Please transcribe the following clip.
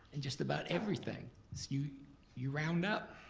and just about everything, so you you round up.